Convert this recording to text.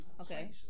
okay